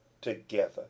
together